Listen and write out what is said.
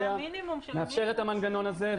מאפשר את המנגנון הזה,